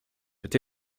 peut